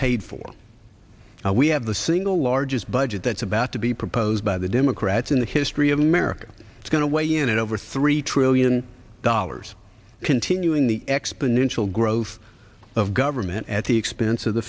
paid for we have the single largest budget that's about to be proposed by the democrats in the history of america it's going to weigh in at over three trillion dollars continuing the exponential growth of government at the expense of the